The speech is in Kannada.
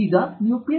ಅದು Ph